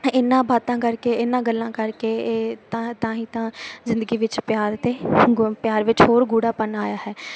ਇਹਨਾਂ ਬਾਤਾਂ ਕਰਕੇ ਇਹਨਾਂ ਗੱਲਾਂ ਕਰਕੇ ਇਹ ਤਾਂ ਤਾਂ ਹੀ ਤਾਂ ਜ਼ਿੰਦਗੀ ਵਿੱਚ ਪਿਆਰ ਅਤੇ ਗੁ ਪਿਆਰ ਵਿੱਚ ਹੋਰ ਗੂੜ੍ਹਾਪਣ ਆਇਆ ਹੈ